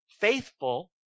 faithful